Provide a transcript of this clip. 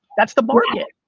that's the bargain.